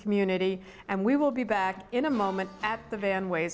community and we will be back in a moment at the van way